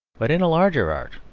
but in a larger art,